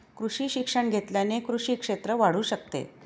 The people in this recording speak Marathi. कृषी शिक्षण घेतल्याने कृषी क्षेत्र वाढू शकते